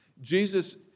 Jesus